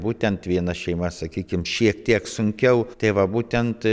būtent viena šeima sakykim šiek tiek sunkiau tai va būtent